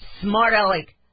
smart-aleck